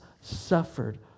suffered